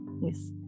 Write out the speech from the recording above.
Yes